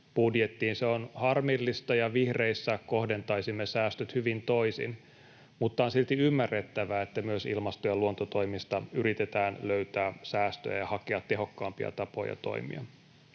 budjettiin. Se on harmillista, ja vihreissä kohdentaisimme säästöt hyvin toisin, mutta on silti ymmärrettävää, että myös ilmasto- ja luontotoimista yritetään löytää säästöjä ja hakea tehokkaampia tapoja toimia.